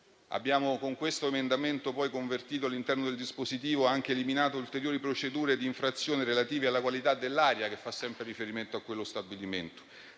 Con questo emendamento inserito all'interno del dispositivo abbiamo anche eliminato ulteriori procedure d'infrazione relative alla qualità dell'aria, sempre in riferimento a quello stabilimento;